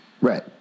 Right